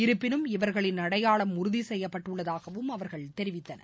இருப்பினும் இவர்களின் அடையாளம் உறுதி செய்யப்பட்டுள்ளதாகவும் அவர்கள் தெரிவித்தனர்